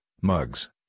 mugs